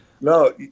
No